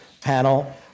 panel